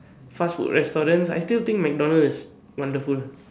fast food restaurants I still think McDonalds is wonderful